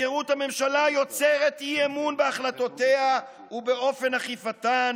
הפקרות הממשלה יוצרת אי-אמון בהחלטותיה ובאופן אכיפתן